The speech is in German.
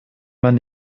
man